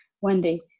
Wendy